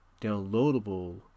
downloadable